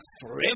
forever